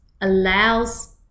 allows